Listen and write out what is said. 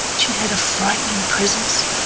she had a frightening presence,